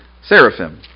seraphim